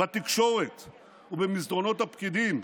בתקשורת ובמסדרונות הפקידים,